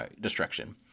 destruction